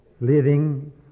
living